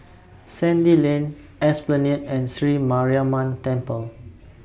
Sandy Lane Esplanade and Sri Mariamman Temple